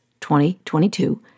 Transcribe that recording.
2022